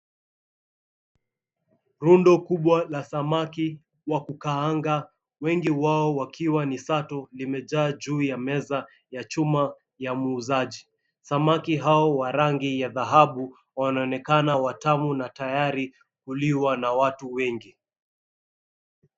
Rundo kubwa la samaki wakukaanga, wengi wao wakiwa ni sato, limejaa juu ya meza ya chuma ya muuzaji. Samaki hao wa rangi ya dhahabu wanaonekana watamu na tayari kuliwa na watu wengi.